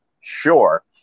sure